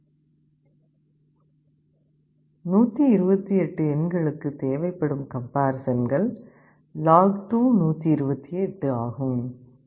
128 எண்களுக்கு தேவைப்படும் கம்பேரிசன்கள் log2128 ஆகும்